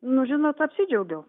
nu žinot apsidžiaugiau